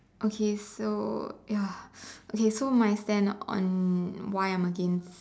okay so ya okay so my stand on why I'm against